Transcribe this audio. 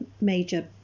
major